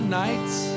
nights